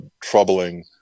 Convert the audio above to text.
troubling